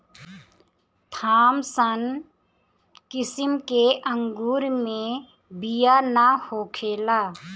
Thompson किसिम के अंगूर मे बिया ना होखेला